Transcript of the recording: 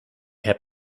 heb